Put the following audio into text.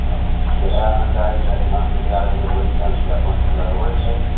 तऽ इएहमे दालि दलिहन जकरा जे होइ छनि से अपन लगबै छथि